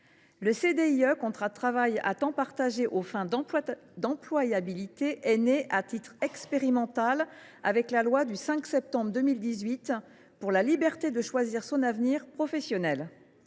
Le CDIE, contrat de travail à temps partagé aux fins d’employabilité, est né, à titre expérimental, avec la loi du 5 septembre 2018 pour la liberté de choisir son avenir professionnel.